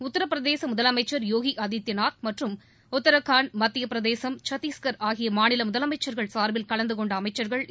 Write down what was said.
உத்தரப் பிரதேச முதலமைச்சர் யோகி ஆதித்யநாத் மற்றும் உத்தராகண்ட் மத்தியப் பிரதேசம் சத்தீஷ்கர் ஆகிய மாநில முதலமைச்சர்கள் சார்பில் கலந்து கொண்ட அமைச்சர்களும்